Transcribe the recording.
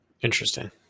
Interesting